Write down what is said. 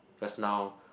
just now